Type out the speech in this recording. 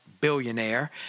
billionaire